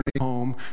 home